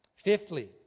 Fifthly